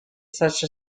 such